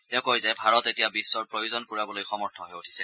তেওঁ কয় যে ভাৰত এতিয়া বিশ্বৰ প্ৰয়োজন পুৰাবলৈ সমৰ্থ হৈ উঠিছে